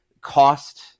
cost